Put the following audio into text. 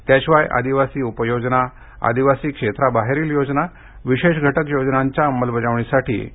त्याशिवाय आदिवासी उपयोजना आदिवासी क्षेत्राबाहेरील योजना विशेष घटक योजनांच्या अंमलबजावणीसाठी निधी मिळाला आहे